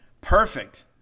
perfect